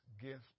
gift